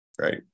Right